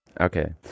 Okay